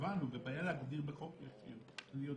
הבנו, ובעיה להגדיר בחוק ישיר, אני יודע.